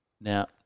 Now